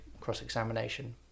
cross-examination